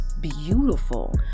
beautiful